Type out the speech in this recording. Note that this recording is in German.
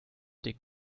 dick